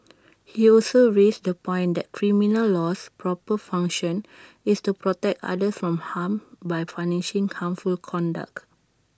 he also raised the point that criminal law's proper function is to protect others from harm by punishing harmful conduct